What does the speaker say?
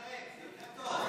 זה יותר טוב?